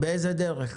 באיזו דרך?